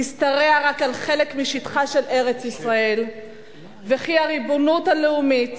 תשתרע רק על חלק משטחה של ארץ-ישראל וכי הריבונות הלאומית